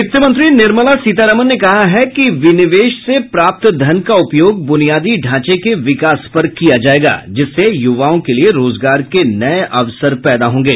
वित्त मंत्री निर्मला सीतारमन ने कहा है कि विनिवेश से प्राप्त धन का उपयोग ब्रनियादी ढांचे के विकास पर किया जाएगा जिससे युवाओं के लिए रोजगार के नए अवसर पैदा होंगे